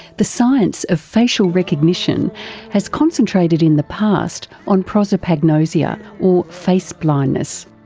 the science of facial recognition has concentrated in the past on prosopagnosia or face blindness.